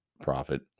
profit